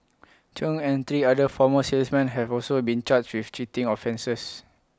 chung and three other former salesmen have also been charged with cheating offences